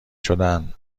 شدن